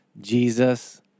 Jesus